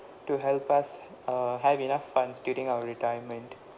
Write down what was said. to help us err have enough funds during our retirement